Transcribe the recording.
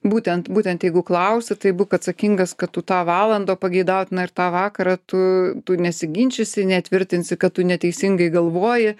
būtent būtent jeigu klausi tai būk atsakingas kad tu tą valandą pageidautina ir tą vakarą tu tu nesiginčysi netvirtinsi kad tu neteisingai galvoji